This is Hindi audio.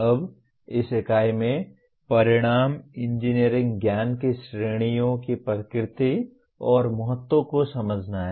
अब इस इकाई में परिणाम इंजीनियरिंग ज्ञान की श्रेणियों की प्रकृति और महत्व को समझना हैं